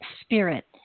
spirit